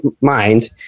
mind